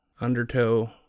Undertow